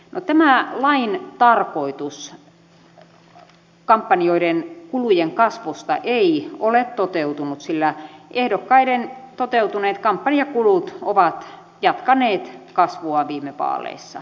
no tämä lain tarkoitus kampanjoiden kulujen kasvun rajoittamisesta ei ole toteutunut sillä ehdokkaiden toteutuneet kampanjakulut ovat jatkaneet kasvuaan viime vaaleissa